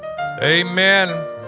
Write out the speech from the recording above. Amen